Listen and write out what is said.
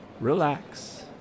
relax